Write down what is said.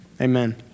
Amen